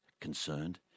concerned